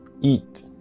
eat